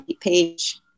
page